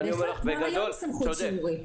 כבר היום יש סמכות שיורית.